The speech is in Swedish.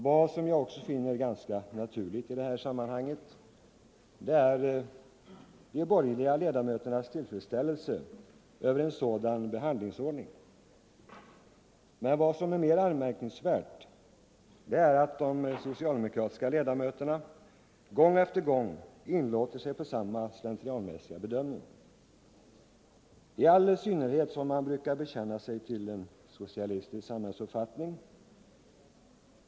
Vad jag också finner ganska naturligt i detta sammanhang är de borgerliga ledamöternas tillfredsställelse över en sådan behandlingsordning. Men vad som är mer anmärkningsvärt är att de socialdemokratiska ledamöterna gång efter gång inlåter sig på samma slentrianmässiga bedömning — i synnerhet som man brukar bekänna sig till en socialistisk samhällsuppfattning.